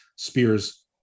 spears